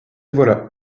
voilà